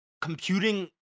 computing